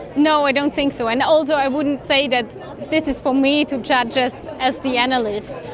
no, i don't think so. and although i wouldn't say that this is for me to judge as as the analyst.